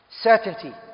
certainty